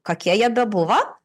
kokie jie bebuvo